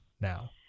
now